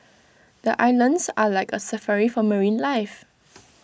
the islands are like A Safari for marine life